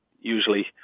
usually